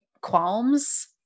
qualms